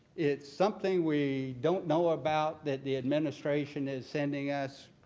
it's something we don't know about that the administration is sending us,